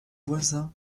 voisin